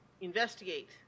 investigate